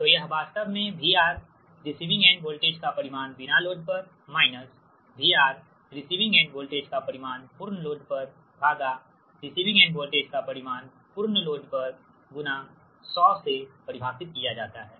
तो यह वास्तव में VRNL रिसिविंग एंड वोल्टेज का परिमाण बिना लोड पर माइनस VRFLरिसिविंग एंड वोल्टेज का परिमाण पूर्ण लोड पर भागा रिसिविंग एंड वोल्टेज का परिमाण पूर्ण लोड पर गुना 100 से परिभाषित किया जाता है